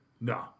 No